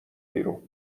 بیرون